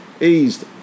eased